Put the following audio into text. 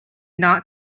not